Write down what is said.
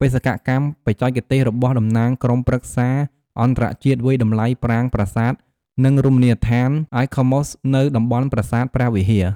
បេសកកម្មបច្ចេកទេសរបស់តំណាងក្រុមព្រឹក្សាអន្តរជាតិវាយតម្លៃប្រាង្គប្រាសាទ និងរមណីយដ្ឋាន ICOMOS នៅតំបន់ប្រាសាទព្រះវិហារ។